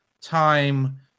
time